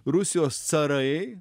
rusijos carai